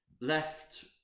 left